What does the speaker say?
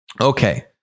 Okay